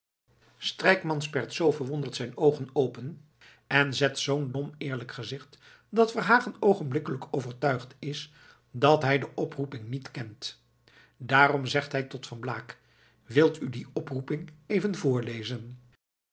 strijkman spert z verwonderd zijn oogen open en zet zoo'n dom eerlijk gezicht dat verhagen oogenblikkelijk overtuigd is dat hij de oproeping niet kent daarom zegt hij tot van baak wil u die oproeping even voorlezen